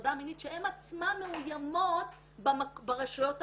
הטרדה מינית שהן עצמן מאוימות ברשויות המקומיות.